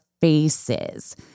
faces